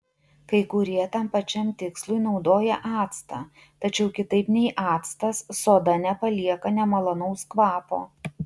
kai kurie tam pačiam tikslui naudoja actą tačiau kitaip nei actas soda nepalieka nemalonaus kvapo